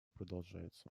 продолжается